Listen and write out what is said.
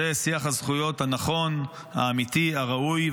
זה שיח הזכויות הנכון, האמיתי, הראוי.